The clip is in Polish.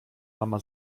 mama